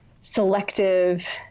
selective